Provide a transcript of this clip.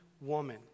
woman